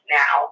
now